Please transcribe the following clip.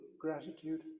gratitude